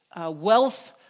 wealth